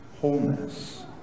wholeness